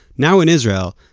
now in israel,